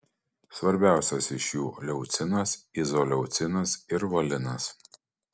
svarbiausios iš jų leucinas izoleucinas ir valinas